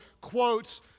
quotes